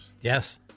Yes